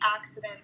accident